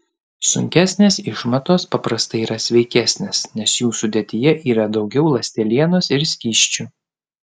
sunkesnės išmatos paprastai yra sveikesnės nes jų sudėtyje yra daugiau ląstelienos ir skysčių